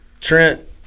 Trent